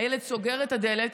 הילד סוגר את הדלת,